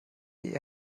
die